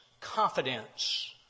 confidence